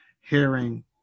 hearing